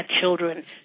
children